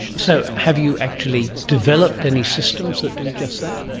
so have you actually developed any systems that do just that?